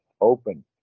open